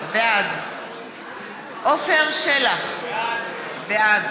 בעד עפר שלח, בעד איציק שמולי, בעד